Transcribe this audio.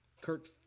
Kurt